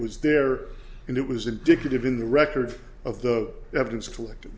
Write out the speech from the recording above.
was there and it was indicative in the record of the evidence collected